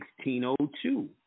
1602